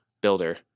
builder